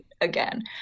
again